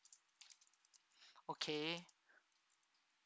okay